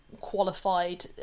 Qualified